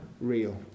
real